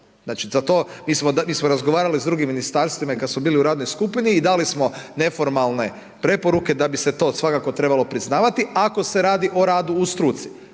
Znači za to, mi smo razgovarali sa drugim ministarstvima i kada smo bili u radnoj skupini i dali smo neformalne preporuke da bi se to svakako trebalo priznavati, ako se radi o radu u struci.